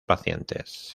pacientes